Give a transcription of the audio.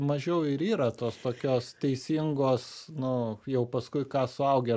mažiau ir yra tos tokios teisingos nu jau paskui ką suaugę